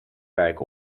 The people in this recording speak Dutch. werk